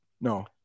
No